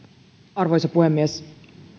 arvoisa puhemies